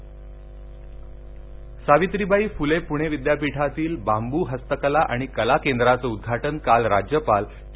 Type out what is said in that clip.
बांब सावित्रीबाई फुले पुणे विद्यापीठातील बाबू हस्तकला आणि कला केंद्रा च उद्घाटन काल राज्यपाल चे